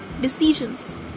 decisions